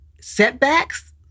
setbacks